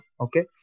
okay